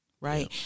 right